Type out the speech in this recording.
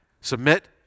submit